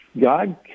God